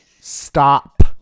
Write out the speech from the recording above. stop